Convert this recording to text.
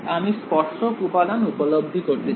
আমি স্পর্শক উপাদান উপলব্ধি করতে চাই